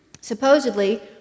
Supposedly